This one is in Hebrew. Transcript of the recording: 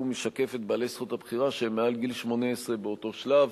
והוא משקף את בעלי זכות הבחירה שהם מעל גיל 18 באותו שלב.